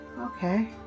okay